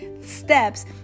steps